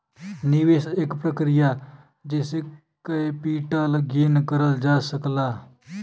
निवेश एक प्रक्रिया जेसे कैपिटल गेन करल जा सकला